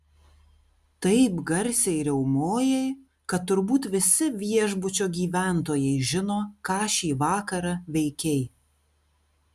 taip garsiai riaumojai kad turbūt visi viešbučio gyventojai žino ką šį vakarą veikei